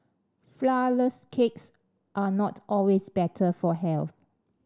flourless cakes are not always better for health